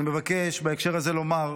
אני מבקש בהקשר הזה לומר: